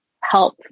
help